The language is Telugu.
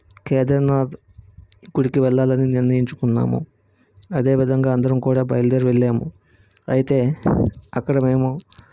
కేదార్నాథ్ గుడికి వెళ్ళాలని నిర్ణయించుకున్నాము అదే విధంగా అందరం కూడా బయలుదేరి వెళ్ళాము అయితే అక్కడ మేము